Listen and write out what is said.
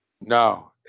No